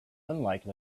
unlike